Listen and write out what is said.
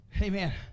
Amen